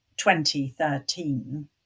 2013